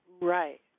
Right